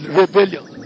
rebellion